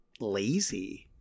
lazy